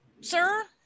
sir